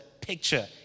picture